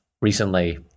recently